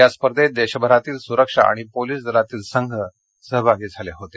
या स्पर्धेत देशभरातील सुरक्षा आणि पोलीसदलातील संघ सहभागी झाले होते